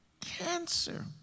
cancer